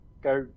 go